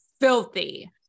filthy